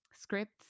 scripts